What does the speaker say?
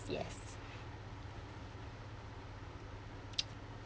yes